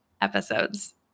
episodes